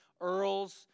Earls